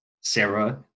Sarah